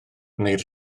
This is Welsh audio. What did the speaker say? wneud